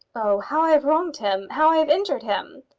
oh, how i have wronged him how i have injured him!